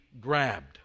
grabbed